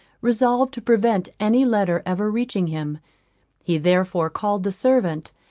resolved to prevent any letters ever reaching him he therefore called the servant,